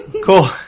Cool